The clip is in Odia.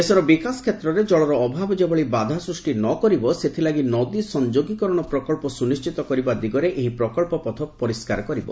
ଦେଶର ବିକାଶ କ୍ଷେତ୍ରରେ ଜଳର ଅଭାବ ଯେଭଳି ବାଧା ସୃଷ୍ଟି ନ କରିବ ସେଥିଲାଗି ନଦୀ ସଂଯୋଗୀକରଣ ପ୍ରକଳ୍ପ ସୁନିଶିତ କରିବା ଦିଗରେ ଏହି ପ୍ରକଳ୍ପ ପଥ ପରିସ୍କାର କରିବ